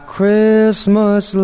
Christmas